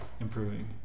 improving